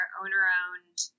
owner-owned